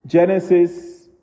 Genesis